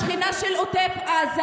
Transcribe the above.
השכנה של עוטף עזה.